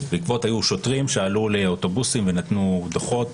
בעקבות כך שהיו שוטרים שעלו לאוטובוסים ונתנו דוחות.